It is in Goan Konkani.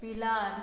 पिलार